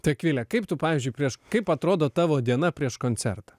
tai akvilė kaip tu pavyzdžiui prieš kaip atrodo tavo diena prieš koncertą